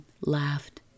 laughed